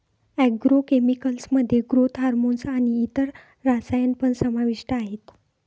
agro chemicals मध्ये growth hormone आणि इतर रसायन पण समाविष्ट आहेत